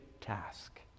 task